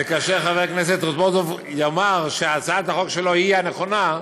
וכאשר חבר הכנסת רזבוזוב יאמר שהצעת החוק שלו היא הנכונה,